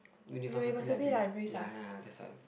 university libraries ya ya ya that side